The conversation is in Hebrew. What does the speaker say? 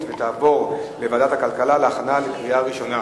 ותעבור לוועדת הכלכלה להכנה לקריאה ראשונה.